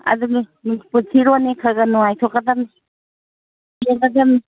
ꯑꯗꯨꯅꯤ ꯄꯨꯟꯁꯤꯔꯣꯟꯅꯤ ꯈꯔ ꯈꯔ ꯅꯨꯡꯉꯥꯏꯊꯣꯛꯀꯗꯃꯤ ꯌꯦꯡꯒꯗꯃꯤ